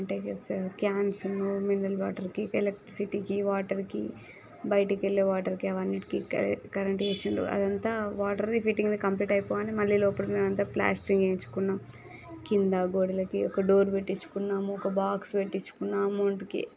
అంటే cans mineral వాటర్కి ఎలక్ట్రిసిటీకి వాటర్ కి బయటకి వెళ్ళే వాటర్కి అవి అన్నింటికి కరెంట్ చేసిండ్రు అదంతా వాటర్ ది ఫిట్టింగ్ ది కంప్లీట్ అయిపోగానే మళ్ళీ లోపల మేము అంతా ప్లాస్టరింగ్ వేయించుకున్నాం కింద గోడలకి ఒక డోర్ పెట్టించుకున్నాము ఒక బాక్స్ పెట్టించుకున్నాము అమౌంట్ కి